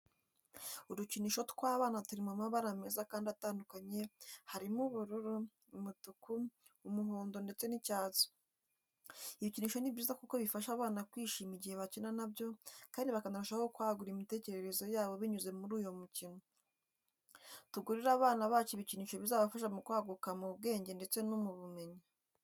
Udukinisho tw'abana turi mu mabara meza kandi atandukanye harimo ubururu, umutuku, umuhondo ndetse n'icyatsi. Ibikinisho ni byiza kuko bifasha abana kwishima igihe bakina nabyo kandi bakanarushaho kwagura imitekerereze yabo binyuze muri iyo mikino. Tugurire abana bacu ibikinisho bizabafasha mu kwaguka mu bwenge ndetse n'ubumenyi.